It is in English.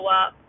up